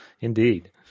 Indeed